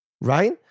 right